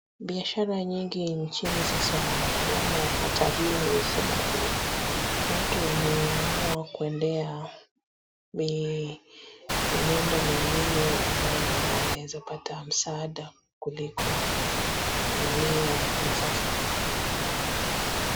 Biashara nyingi nchini sasa yamo hatarini sababu watu wameamua kuendea mienendo mingine ambayo wanaeza pata msaada kuliko yaliyo ya sasa.